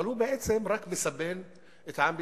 אבל בעצם הוא רק מסבן את העם בישראל,